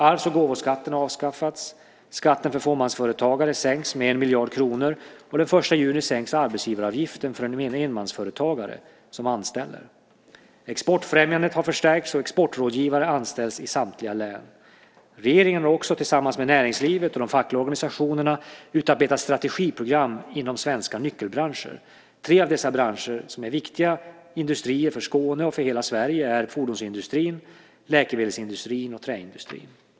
Arvs och gåvoskatten har avskaffats, skatten för fåmansföretagare sänks med en miljard kronor och den 1 juni sänks arbetsgivaravgiften för enmansföretagare som anställer. Exportfrämjandet har förstärkts och exportrådgivare anställs i samtliga län. Regeringen har också tillsammans med näringslivet och fackliga organisationer utarbetat strategiprogram inom svenska nyckelbranscher. Tre av dessa branscher, som är viktiga industrier för Skåne och för hela Sverige, är fordonsindustrin, läkemedelsindustrin och träindustrin.